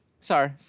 sorry